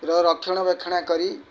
ର ରକ୍ଷଣାବେକ୍ଷଣ କରି